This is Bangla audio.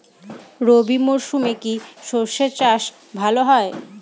রবি মরশুমে কি সর্ষে চাষ ভালো হয়?